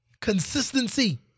Consistency